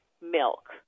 milk